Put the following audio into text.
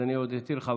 אז אני עוד אתיר לך,